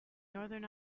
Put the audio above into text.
northern